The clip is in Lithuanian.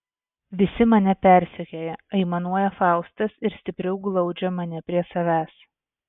visi mane persekioja aimanuoja faustas ir stipriau glaudžia mane prie savęs